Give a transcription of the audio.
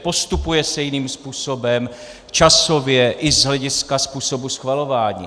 Postupuje se jiným způsobem, časově i z hlediska způsobu schvalování.